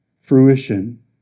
fruition